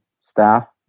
staff